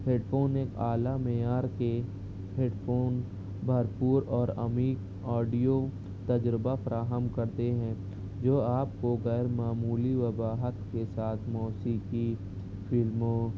head phone ایک اعلیٰ معیار کے ہیڈ فون بھر پور اور عمیق آڈیو تجربہ فراہم کرتے ہیں جو آپ کو غیر معمولی وضاحت کے ساتھ موسیقی فلموں